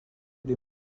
les